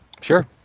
Sure